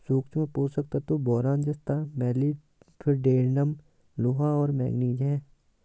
सूक्ष्म पोषक तत्व बोरान जस्ता मोलिब्डेनम लोहा और मैंगनीज हैं